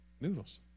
noodles